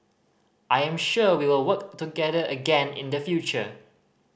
I am sure we will work together again in the future